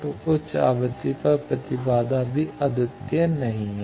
तो उच्च आवृत्ति पर प्रतिबाधा भी अद्वितीय नहीं है